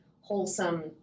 wholesome